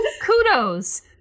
kudos